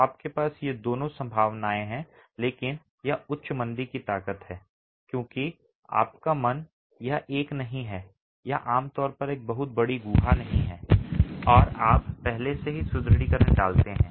तो आपके पास ये दोनों संभावनाएं हैं लेकिन यह उच्च मंदी की है क्योंकि आपका मन यह एक नहीं है यह आमतौर पर एक बहुत बड़ी गुहा नहीं है और आप पहले से ही सुदृढीकरण डालते हैं